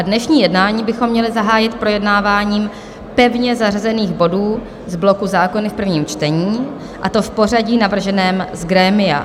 Dnešní jednání bychom měli zahájit projednáváním pevně zařazených bodů z bloku Zákony v prvním čtení, a to v pořadí navrženém z grémia.